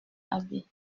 abbé